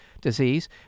disease